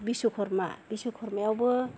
Vishwakarma बिश्वकर्मायावबो